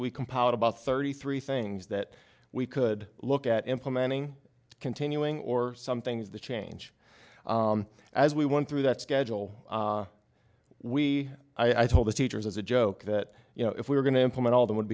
we compiled about thirty three things that we could look at implementing continuing or some things the change as we went through that schedule we i told the teachers as a joke that you know if we were going to implement all that would